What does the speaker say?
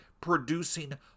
producing